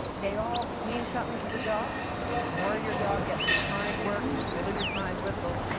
they all mean something to the dog and the more your dog gets refined work with really refined whistles,